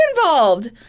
involved